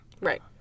Right